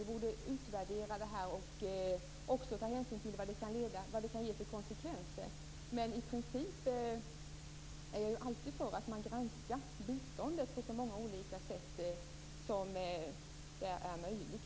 Vi borde utvärdera det och ta hänsyn till vilka konsekvenser det kan få. I princip är jag alltid för att man granskar biståndet på så många olika sätt som möjligt.